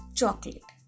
chocolate